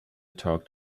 talked